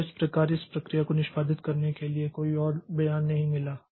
तो इस प्रकार इस प्रक्रिया को निष्पादित करने के लिए कोई और बयान नहीं मिला है